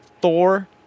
Thor